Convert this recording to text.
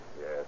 Yes